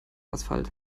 asphalt